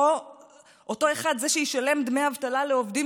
אותו אחד שישלם דמי אבטלה לעובדים